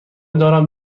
دارم